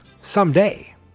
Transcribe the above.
someday